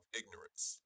ignorance